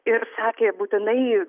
ir sakė būtinai